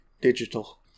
digital